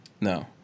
No